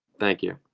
thank you.